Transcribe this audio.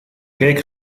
cake